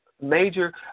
major